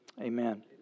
Amen